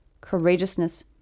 courageousness